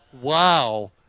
Wow